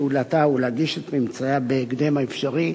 פעולתה ולהגיש את ממצאיה בהקדם האפשרי,